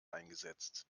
eingesetzt